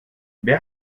wer